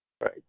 Right